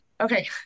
Okay